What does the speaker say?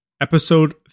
Episode